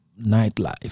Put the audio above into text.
nightlife